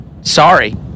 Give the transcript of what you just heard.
sorry